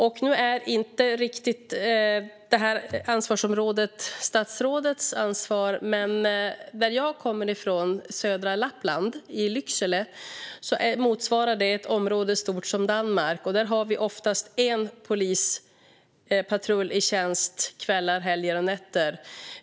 Nu är det här inte riktigt statsrådets ansvarsområde, men jag kommer från Lycksele i södra Lappland. Det motsvarar ett område stort som Danmark, och där har vi oftast en enda polispatrull i tjänst kvällar, helger och nätter.